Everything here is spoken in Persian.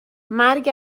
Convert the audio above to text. مرگ